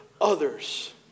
others